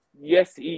yes